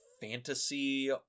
fantasy